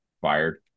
Fired